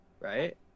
Right